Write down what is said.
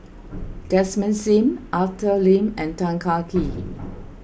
Desmond Sim Arthur Lim and Tan Kah Kee